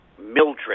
mildred